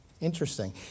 Interesting